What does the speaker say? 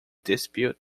dispute